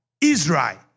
Israel